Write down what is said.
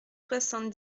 soixante